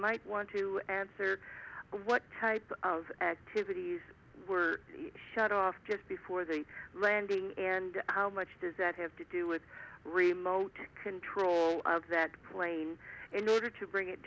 might want to answer what type of activities were shut off just before the rending and how much does that have to do with remote control of that plane in order to bring it